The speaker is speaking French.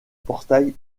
portail